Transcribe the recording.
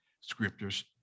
Scriptures